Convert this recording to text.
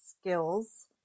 skills